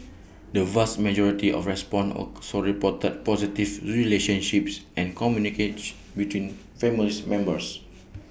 the vast majority of respondents also reported positive relationships and communication between families members